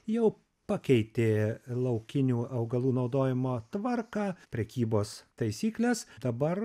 jau pakeitė laukinių augalų naudojimo tvarką prekybos taisykles dabar